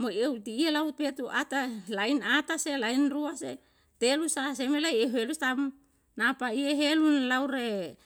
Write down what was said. mo eu ti'ie lau pia tu ata lain ata se lain rua se telu sa semela eu helu sam napa iye helu lau re